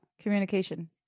communication